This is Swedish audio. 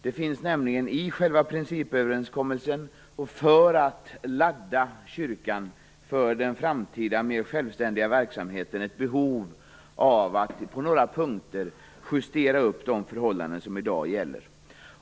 Det finns nämligen i själva principöverenskommelsen och för att ladda kyrkan för den framtida mer självständiga verksamheten ett behov av att på några punkter justera de förhållanden som i dag gäller.